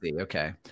Okay